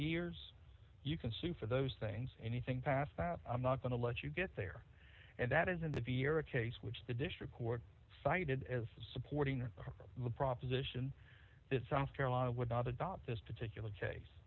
years you can sue for those things anything past that i'm not going to let you get there and that is in the year a case which the district court cited as supporting the proposition that south carolina would not adopt this particular case